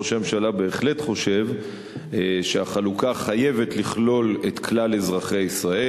ראש הממשלה בהחלט חושב שהחלוקה חייבת לכלול את כלל אזרחי ישראל,